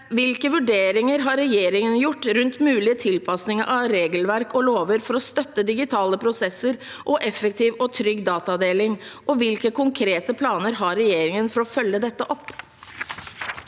Hvilke vurderinger har regjeringen gjort rundt mulige tilpasning av regelverk og lover for å støtte digitale prosesser og effektiv og trygg datadeling, og hvilke konkrete planer har regjeringen for å følge dette opp?